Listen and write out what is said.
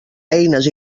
eines